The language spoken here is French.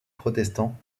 protestant